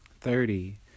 thirty